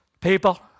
People